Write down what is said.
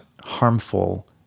harmful